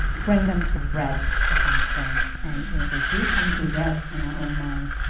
bring them to rest at some point and they do come to rest in our own minds.